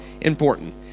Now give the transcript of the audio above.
important